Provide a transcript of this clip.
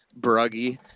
bruggy